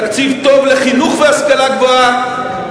תקציב טוב לחינוך ולהשכלה גבוהה,